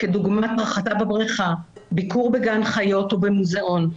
כדוגמת רחצה בבריכה, ביקור בגן חיות או במוזיאון.